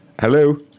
Hello